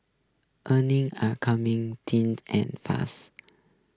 earnings are coming tin and fast